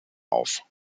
auf